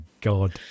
god